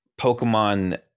Pokemon